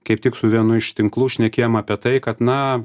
kaip tik su vienu iš tinklų šnekėjom apie tai kad na